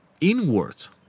inwards